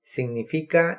Significa